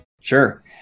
Sure